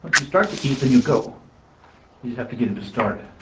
you start to eat then you go you just have to get him to start